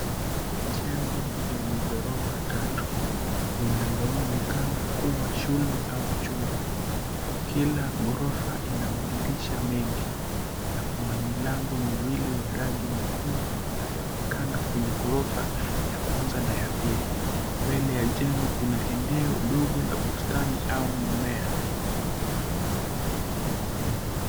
Jengo lenye ghorofa tatu, linaloonekana kuwa shule au chuo. Kila ghorofa ina madirisha mengi na kuna milango miwili ya rangi nyekundu inayoonekana kwenye ghorofa ya kwanza na ya pili. Mbele ya jengo kuna eneo ndogo la bustani au mmea.